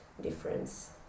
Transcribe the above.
difference